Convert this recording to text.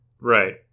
Right